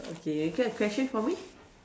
okay you get a question for me